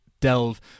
delve